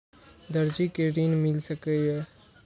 दर्जी कै ऋण मिल सके ये?